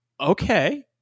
Okay